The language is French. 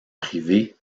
privé